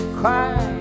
cry